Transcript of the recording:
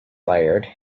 laird